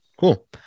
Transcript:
cool